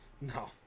No